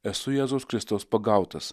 esu jėzaus kristaus pagautas